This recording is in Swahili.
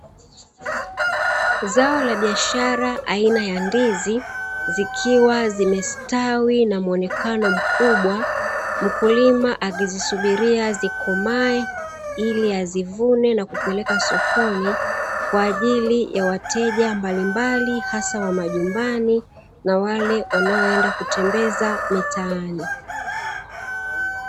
Zao la biashara aina ya ndizi zikiwa zimestawi na muonekano mkubwa, mkulima akizisubiria zikomae ili azivune na kupeleka sokoni kwa ajili ya wateja mbalimbali hasa wa majumbani na na wale wanoenda kutembeza mitaani.